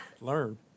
learn